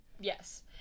yes